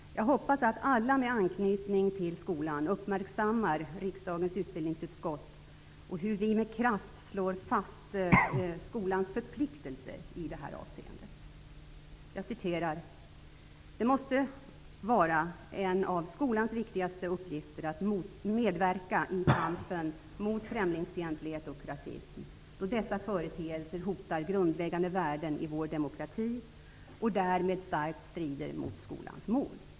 Jag hoppas därför att alla med anknytning till skolan uppmärksammar hur riksdagens utbildningsutskott med kraft slår fast skolans förpliktelse i detta avseende. Jag citerar: ''Det måste vara en av skolans viktigaste uppgifter att medverka i kampen mot främlingsfientlighet och rasism, då dessa företeelser hotar grundlägande värden i vår demokrati och därmed starkt strider mot skolans mål.''